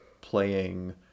playing